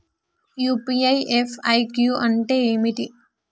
UPI FAQ అంటే ఏమిటి?